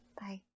Bye